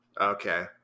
Okay